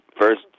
first